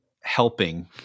helping